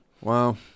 Wow